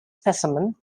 specimen